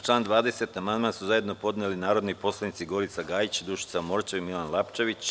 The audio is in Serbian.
Na član 20. amandman su zajedno podneli narodni poslanici Gorica Gajić, Dušica Morčev, Milan Lapčević.